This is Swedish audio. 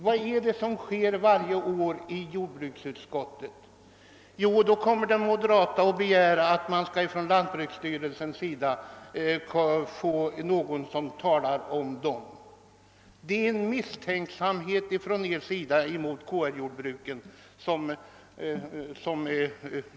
Varje år begär emellertid de moderata inom jordbruksutskottet att någon från lantbruksstyrelsen skall redogöra för KR-jordbruken; ni visar en beklaglig misstänksamhet mot dessa jordbruk.